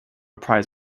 prize